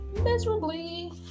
miserably